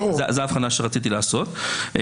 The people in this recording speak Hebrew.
זאת ההבחנה שרציתי לעשות.